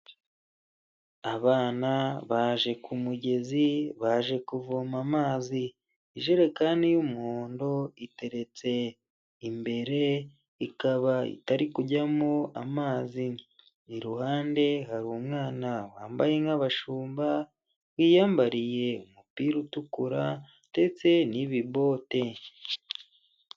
Abana baje ku mugezi baje kuvoma amazi ijerekani y'umuhondo iteretse imbere ikaba itari kujyamo amazi iruhande hari umwana wambaye nk'abashumba, wiyambariye umupira utukura ndetse n'ibibote.